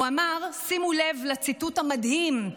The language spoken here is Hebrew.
הוא אמר, שימו לב לציטוט המדהים: